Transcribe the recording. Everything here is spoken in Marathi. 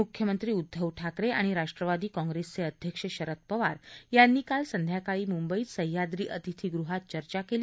मुख्यमंत्री उद्धव ठाकरे आणि राष्ट्रवादी काँग्रेसचे अध्यक्ष शरद पवार यांनी काल संध्याकाळी मुंबईत सह्याद्री अतिथीगृहात चर्चा केली